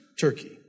Turkey